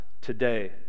today